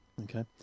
okay